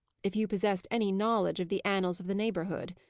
if you possessed any knowledge of the annals of the neighbourhood.